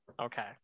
Okay